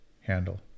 handle